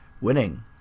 winning